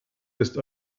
ist